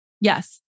Yes